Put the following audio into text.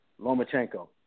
Lomachenko